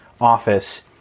office